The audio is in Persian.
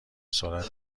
سرعت